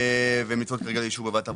הן נמצאות כרגע לאישור ועדת העבודה,